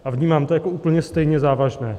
A vnímám to jako úplně stejně závažné.